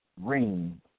ring